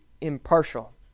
impartial